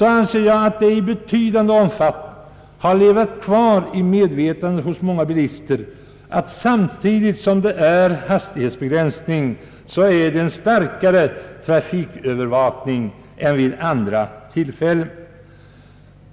anser jag att det i betydande omfattning har levat kvar i medvetandet hos många bilister att det samtidigt med en hastighetsbegränsning förekommer en starkare polisövervakning än vid andra tillfällen.